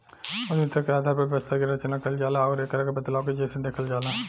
उद्यमिता के आधार पर व्यवसाय के रचना कईल जाला आउर एकरा के बदलाव के जइसन देखल जाला